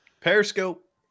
Periscope